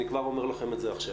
אני כבר אומר לכם את זה עכשיו.